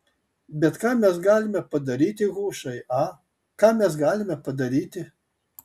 bet ką mes galime padaryti hušai a ką mes galime padaryti